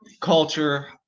culture